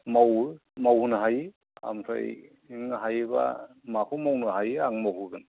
मावो मावहोनो हायो ओमफ्राय नों हायोबा माखौ मावनो हायो आं मावहोगोन